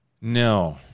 No